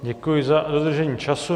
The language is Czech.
Děkuji za dodržení času.